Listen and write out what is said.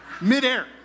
midair